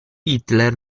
hitler